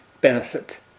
benefit